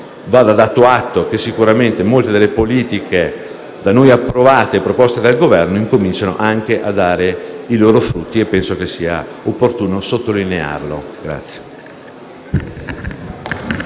atto del fatto che sicuramente molte politiche da noi approvate e proposte dal Governo incominciano a dare i loro frutti e penso sia opportuno sottolinearlo.